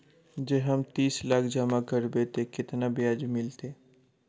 जँ हम तीस लाख जमा करबै तऽ केतना ब्याज मिलतै?